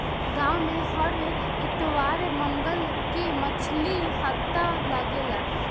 गाँव में हर इतवार मंगर के मछली हट्टा लागेला